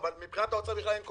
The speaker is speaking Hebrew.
מבחינת האוצר בכלל אין קורונה,